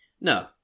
No